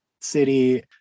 city